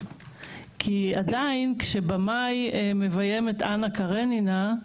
כי עדיין כשבמאי מביים את אנה קרנינה,